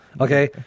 Okay